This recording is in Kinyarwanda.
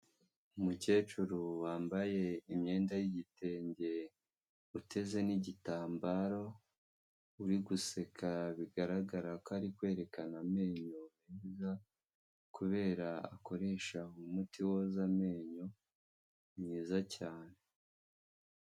Umukecuru wambaye imyenda y'igitenge uteze nigitambaro uri guseka bigaragara ko ari kwerekana amenyo meza kubera akoresha umuti woza amenyo mwi cyane